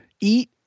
eat